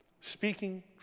speaking